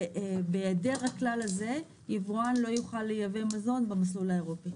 בהיעדר הכלל הזה יבואן לא יוכל לייבא מזון במסלול האירופי.